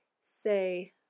say